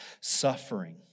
suffering